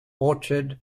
orchard